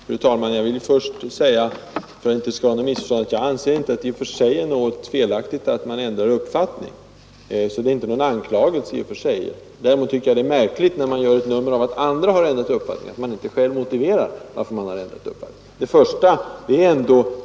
Fru talman! Jag vill först säga, för att det inte skall råda något missförstånd, att jag inte anser det i och för sig felaktigt att ändra uppfattning. Det är alltså inte fråga om någon anklagelse därvidlag. Men nog är det märkligt att man, när man gör ett nummer av att andra har ändrat uppfattning, inte motiverar varför man själv har ändrat sig.